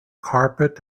carpet